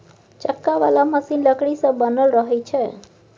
चक्का बला मशीन लकड़ी सँ बनल रहइ छै